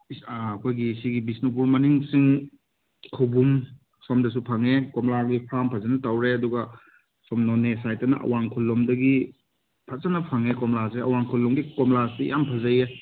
ꯑꯩꯈꯣꯏꯒꯤ ꯁꯤꯒꯤ ꯕꯤꯁꯅꯨꯄꯨꯔ ꯃꯅꯤꯡ ꯆꯤꯡ ꯈꯧꯕꯨꯝ ꯁꯣꯝꯗꯁꯨ ꯐꯪꯉꯦ ꯀꯣꯝꯂꯥꯒꯤ ꯐꯥꯔꯝ ꯐꯖꯅ ꯇꯧꯔꯦ ꯑꯗꯨꯒ ꯁꯣꯝ ꯅꯣꯅꯦ ꯁꯥꯏꯠꯇꯅ ꯑꯋꯥꯡ ꯈꯨꯜꯂꯣꯝꯗꯒꯤ ꯐꯖꯅ ꯐꯪꯉꯦ ꯀꯣꯝꯂꯥꯁꯦ ꯑꯋꯥꯡ ꯈꯨꯟ ꯂꯣꯝꯒꯤ ꯀꯣꯝꯂꯥꯁꯦ ꯌꯥꯝ ꯐꯖꯩꯌꯦ